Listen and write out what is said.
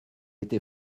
était